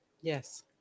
Yes